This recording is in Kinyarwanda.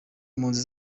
impunzi